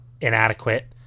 inadequate